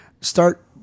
start